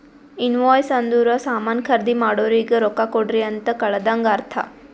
invoice ಅಂದುರ್ ಸಾಮಾನ್ ಖರ್ದಿ ಮಾಡೋರಿಗ ರೊಕ್ಕಾ ಕೊಡ್ರಿ ಅಂತ್ ಕಳದಂಗ ಅರ್ಥ